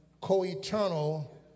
co-eternal